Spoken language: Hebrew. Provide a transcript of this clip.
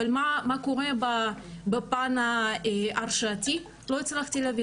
אבל מה קורה בפן ההרשעתי לא הצלחתי להבין.